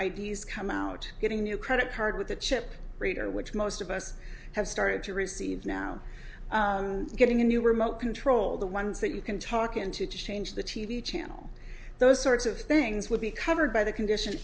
d s come out getting a new credit card with a chip reader which most of us have started to receive now getting a new remote control the ones that you can talk into to change the t v channel those sorts of things would be covered by the condition